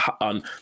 on